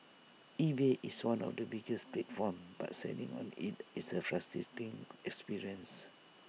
eBay is one of the biggest platforms but selling on IT is A experience